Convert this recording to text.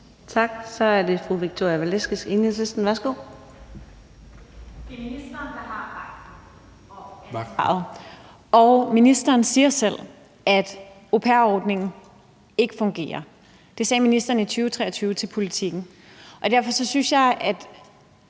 Det er ministeren, der har magten og ansvaret, og ministeren siger selv, at au pair-ordningen ikke fungerer. Det sagde ministeren i 2023 til Politiken. Vi ikke kan